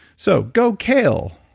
so go kale.